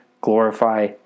glorify